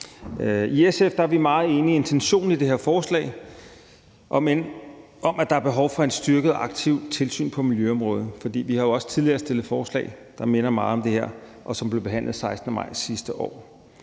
I SF er vi meget enige i intentionen i det her forslag om, at der er behov for et styrket og aktivt tilsyn på miljøområdet, for vi har jo også tidligere fremsat et forslag, der minder meget om det her, og som blev behandlet den 16. maj sidste år.